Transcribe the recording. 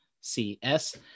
CS